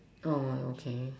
orh my okay